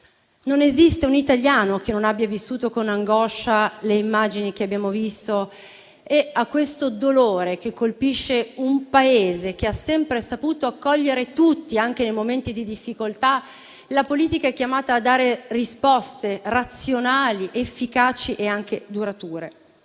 Non esiste un italiano che non abbia vissuto con angoscia le immagini che abbiamo visto e, di fronte al dolore che colpisce un Paese che ha sempre saputo accogliere tutti, anche nei momenti di difficoltà, la politica è chiamata a dare risposte razionali, efficaci e anche durature.